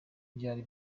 byari